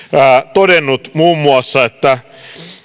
todennut muun muassa että